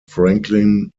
franklin